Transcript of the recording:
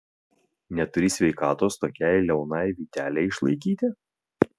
neturi sveikatos tokiai liaunai vytelei išlaikyti